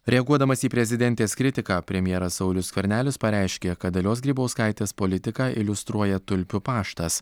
reaguodamas į prezidentės kritiką premjeras saulius skvernelis pareiškė kad dalios grybauskaitės politiką iliustruoja tulpių paštas